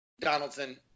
Donaldson